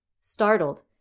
Startled